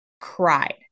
cried